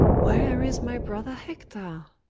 where is my brother hector?